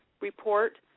report